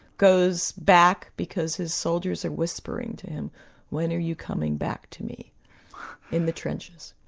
goes back because his soldiers are whispering to him when are you coming back to me in the trenches?